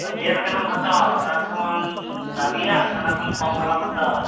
ᱟᱫᱚ ᱪᱮᱫ ᱞᱮᱠᱟᱱᱟᱜᱼᱮᱢ ᱦᱟᱛᱟᱣᱟ ᱚᱱᱟ ᱠᱷᱚᱱ ᱫᱟᱹᱢᱤᱭᱟᱜ ᱥᱮ ᱚᱱᱟ ᱠᱷᱚᱱ ᱠᱚᱢ ᱵᱟᱞᱟᱢ ᱦᱟᱛᱟᱣᱟ